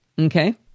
Okay